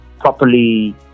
properly